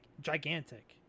gigantic